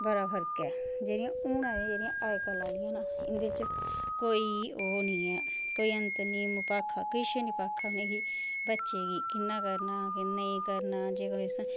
बड़ा फर्क ऐ जेह्ड़ियां हून जेह्ड़ियां अज्जकल आहलियां न इं'दे च कोई ओह् नेईं ऐ कोई अंत नेईं ऐ ऐ इ'नें भाक्खा कोई किश नेईं भाक्खा इ'नेंगी बच्चे गी कि'यां करना नेईं करना जे कोई